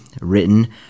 written